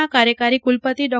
ના કાર્યકારી કુલપતિ ડો